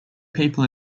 people